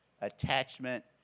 attachment